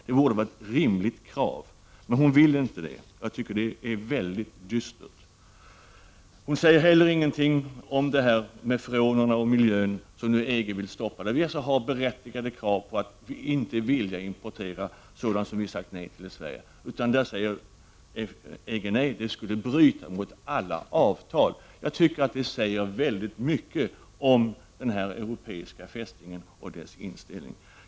Det är väl ett rimligt krav att Anita Gradin skall redovisa detta. Men hon vill inte det, och jag tycker att det är mycket dystert. Hon säger heller ingenting om detta som gäller freonerna och miljön och som nu EG vill stoppa. Vi har alltså berättigade krav på att slippa importera sådant som vi har sagt nej till i Sverige. EG säger nej — det skulle bryta mot alla avtal. Jag tycker att detta säger mycket om den här europeiska fästningen och dess inställning.